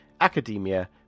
academia